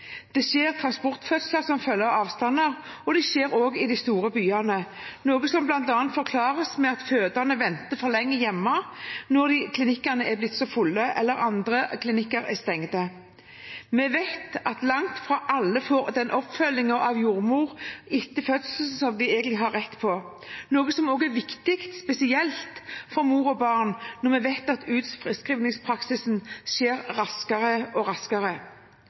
Det skjer transportfødsler som følge av avstander, og det skjer også i de store byene, noe som bl.a. forklares med at fødende venter for lenge hjemme når klinikkene er blitt fulle eller andre klinikker er stengt. Vi vet at langt fra alle får den oppfølgingen av jordmor etter fødselen som de egentlig har rett på, noe som også er viktig spesielt for mor og barn når vi vet at utskrivningen skjer raskere og raskere.